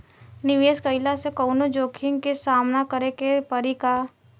निवेश कईला से कौनो जोखिम के सामना करे क परि का?